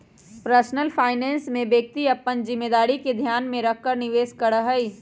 personal finance में व्यक्ति अपन जिम्मेदारी के ध्यान में रखकर निवेश करा हई